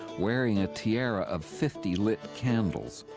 wearing a tiara of fifty lit candles.